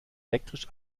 elektrisch